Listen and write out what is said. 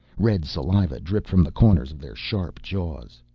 red saliva dripped from the corners of their sharp jaws.